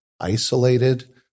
isolated